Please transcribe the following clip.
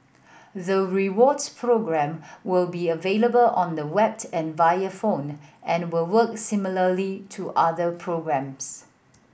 the rewards program will be available on the web and via phone and will work similarly to other programs